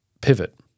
pivot